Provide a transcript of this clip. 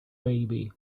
baby